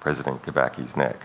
president kibaki's neck.